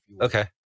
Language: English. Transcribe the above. Okay